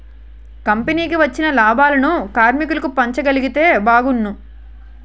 కంపెనీకి వచ్చిన లాభాలను కార్మికులకు పంచగలిగితే బాగున్ను